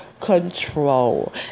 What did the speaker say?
control